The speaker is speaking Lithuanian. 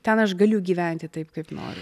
ten aš galiu gyventi taip kaip noriu